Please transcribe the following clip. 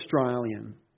Australian